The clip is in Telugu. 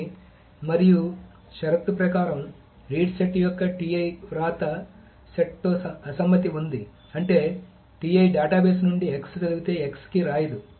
కానీ మరియు షరతు ప్రకారం రీడ్ సెట్ యొక్క వ్రాత సెట్తో అసమ్మతి ఉంది అంటే డేటాబేస్ నుండి x చదివితే x కి రాయదు